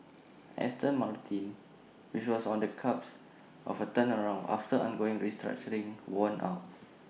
Aston Martin which was on the cusps of A turnaround after undergoing restructuring won out